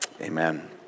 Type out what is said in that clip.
Amen